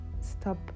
stop